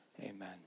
amen